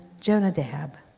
Jonadab